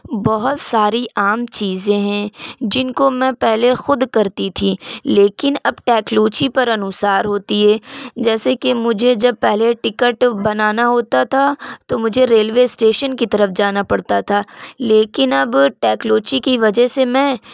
بہت ساری عام چیزیں ہیں جن کو میں پہلے خود کرتی تھی لیکن اب ٹیکلوچی پر انوسار ہوتی ہے جیسے کہ مجھے جب پہلے ٹکٹ بنانا ہوتا تھا تو مجھے ریلوے اسٹیشن کی طرف جانا پڑتا تھا لیکن اب ٹیکلوچی کی وجہ سے میں